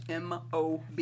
MOB